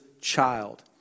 child